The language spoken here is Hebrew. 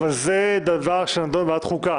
אבל זה דבר שנדון בוועדת חוקה.